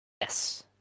yes